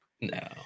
No